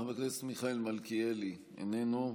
חבר הכנסת מיכאל מלכיאלי, איננו,